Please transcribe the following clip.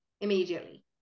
immediately